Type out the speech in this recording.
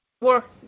work